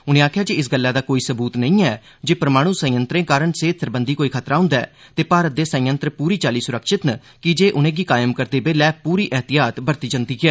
उने आखेआ जे इस गल्लै दा कोई सबूत नेई ऐ जे परमाणु संयंत्रें कारण सेहत सरबंधी कोई खतरा हुंदा ऐ ते भारत दे संयंत्र पूरी चाल्ली सुरक्षित न कीजे उनें'गी कायम करदे बेल्लै पूरी ऐहतियात बरती जंदी ऐ